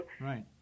Right